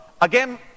Again